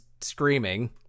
screaming